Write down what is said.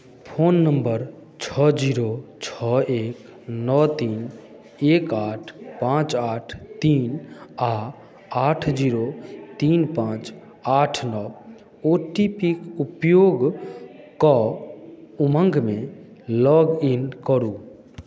phone number छओ zero छओ एक नओ तीन एक आठ पाँच आठ तीन आ आठ जीरो तीन पाँच आठ नओ ओ टी पी क उपयोग कऽ उमङ्गमे लॉग इन करू